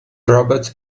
robots